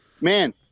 man